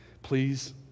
Please